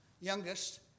youngest